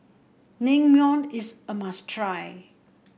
Naengmyeon is a must try